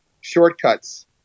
shortcuts